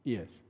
Yes